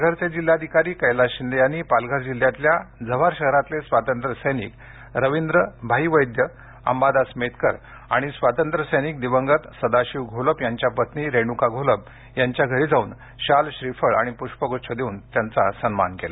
पालघरचे जिल्हाधिकारी कैलास शिंदे यांनी पालघर जिल्ह्यातल्या जव्हार शहरातले स्वातंत्र्यसैनिक रविंद्र भाई वैद्य अंबादास मेतकर आणि स्वातंत्र्य सैनिक दिवंगत सदाशिव घोलप यांच्या पत्नी रेणुका घोलप यांच्या घरी जाऊन शाल श्रीफळ आणि पृष्पगुच्छ देऊन त्यांचा सत्कार केला